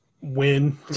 win